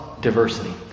diversity